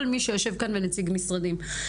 כל מי שיושב כאן מנציגי המשרדים,